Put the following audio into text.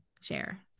share